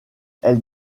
elles